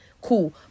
Cool